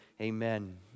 amen